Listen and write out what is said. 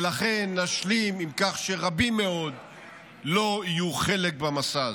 ולכן נשלים עם כך שרבים מאוד לא יהיו חלק במסע הזה.